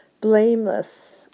blameless